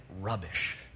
rubbish